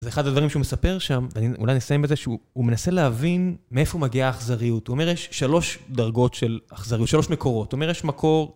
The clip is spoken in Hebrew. זה אחד הדברים שהוא מספר שם, ואולי נסיים בזה, שהוא מנסה להבין מאיפה מגיעה האכזריות. הוא אומר, יש שלוש דרגות של אכזריות, שלוש מקורות. הוא אומר, יש מקור...